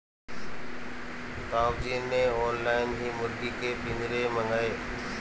ताऊ जी ने ऑनलाइन ही मुर्गी के पिंजरे मंगाए